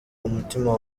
umutima